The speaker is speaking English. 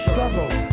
Struggle